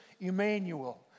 Emmanuel